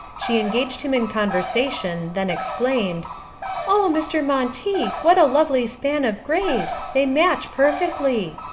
she engaged him in conversation, then exclaimed oh, mr. monteith! what a lovely span of greys, they match perfectly.